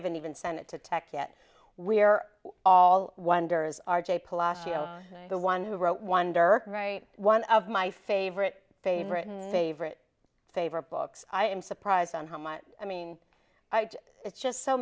haven't even sent it to tech yet we are all wonders r j the one who wrote wonder right one of my favorite favorite and favorite favorite books i am surprised on how much i mean it's just so